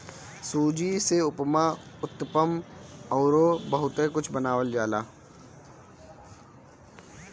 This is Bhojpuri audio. सूजी से उपमा, उत्तपम अउरी बहुते कुछ बनावल जाला